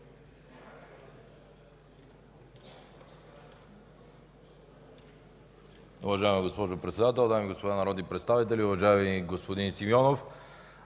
Уважаема госпожо Председател, дами и господа народни представители! Уважаеми господин Симеонов,